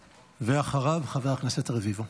אחריו, חבר הכנסת רביבו.